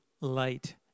light